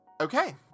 Okay